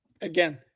Again